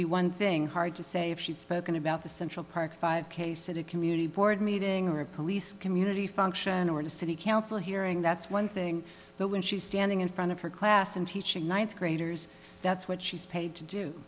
be one thing hard to say if she'd spoken about the central park five case at a community board meeting or police community function or the city council hearing that's one thing but when she's standing in front of her class and teaching ninth graders that's what she's paid to do